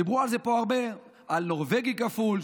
דיברו על זה פה הרבה על נורבגי כפול,